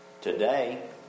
today